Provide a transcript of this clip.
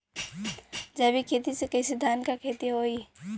जैविक खेती से कईसे धान क खेती होई?